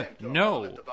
No